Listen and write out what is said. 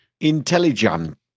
Intelligent